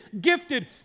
gifted